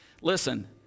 Listen